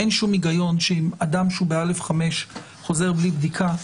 אין שום היגיון אם אדם שהוא ב-א/5 חוזר בלי בדיקה,